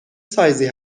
سایزی